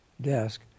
desk